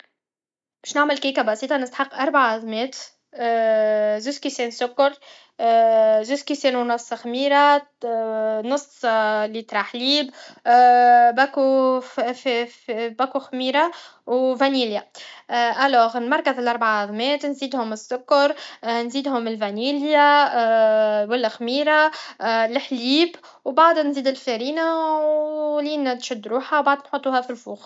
باش نعمل كيكه بسيطه نسحق اربع عضمات زوز كسان سكر زوز كسان و نص خميره نحط نص ايطره حليب باكو خميره و فانيليا الوغ نمرج الأربع عضمات نزيدهم السكر نزيدهم الفانيليا و لخميره لحليب و بعد نزيد لفارينه و لين تشد روحها نحطها فلفوغ